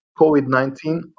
COVID-19